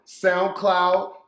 SoundCloud